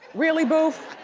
really, boof?